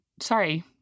sorry—